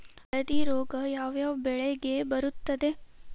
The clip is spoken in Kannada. ಹಳದಿ ರೋಗ ಯಾವ ಯಾವ ಬೆಳೆಗೆ ಬರುತ್ತದೆ?